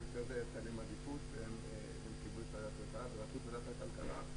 במקרה הזה הייתה להם עדיפות והם קיבלו את ראשות ועדת הכלכלה.